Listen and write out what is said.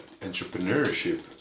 entrepreneurship